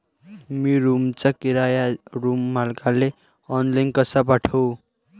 मी रूमचा किराया रूम मालकाले ऑनलाईन कसा पाठवू?